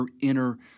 inner